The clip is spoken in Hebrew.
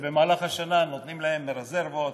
ובמהלך השנה נותנים להם מהרזרבות,